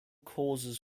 causes